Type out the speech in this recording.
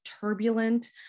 turbulent